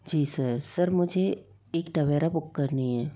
जी sir sir मुझे एक Tavera book करनी है